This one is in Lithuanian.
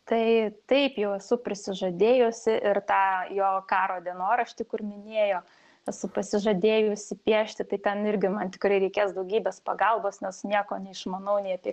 tai taip jau esu prisižadėjusi ir tą jo karo dienoraštį kur minėjo esu pasižadėjusi piešti tai ten irgi man tikrai reikės daugybės pagalbos nes nieko neišmanau nei apie